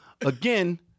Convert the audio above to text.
Again